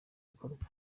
gikorwa